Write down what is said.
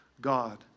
God